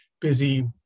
busy